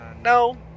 no